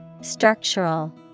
Structural